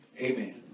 Amen